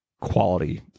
quality